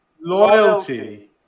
loyalty